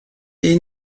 est